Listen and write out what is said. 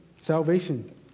salvation